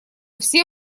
все